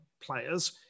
players